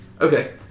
Okay